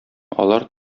алар